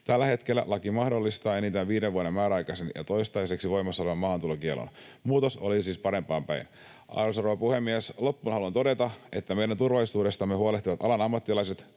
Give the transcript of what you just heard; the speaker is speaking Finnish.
Tällä hetkellä laki mahdollistaa enintään viiden vuoden määräaikaisen ja toistaiseksi voimassa olevan maahantulokiellon. Muutos olisi siis parempaan päin. Arvoisa rouva puhemies! Loppuun haluan todeta, että meidän turvallisuudestamme huolehtivat alan ammattilaiset